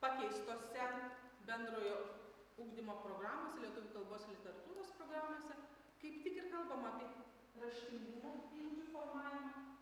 pakeistose bendrojo ugdymo programose lietuvių kalbos literatūros programose kaip tik ir kalbama apie raštingumo įgūdžių formavimą